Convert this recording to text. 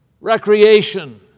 Recreation